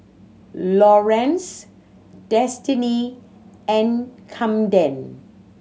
Lawerence Destiny and Camden